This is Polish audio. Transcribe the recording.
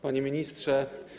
Panie Ministrze!